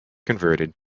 converted